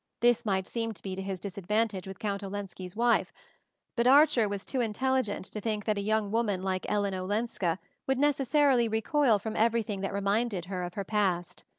this might seem to be to his disadvantage with count olenski's wife but archer was too intelligent to think that a young woman like ellen olenska would necessarily recoil from everything that reminded her of her past.